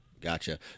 Gotcha